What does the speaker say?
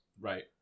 Right